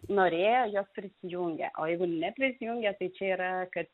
norėjo jos prisijungė o jeigu neprisijungė tai čia yra kad